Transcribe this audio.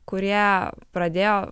kurie pradėjo